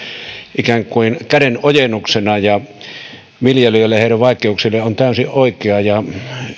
ikään kuin kädenojennuksena viljelijöille ja heidän vaikeuksilleen on täysin oikea ja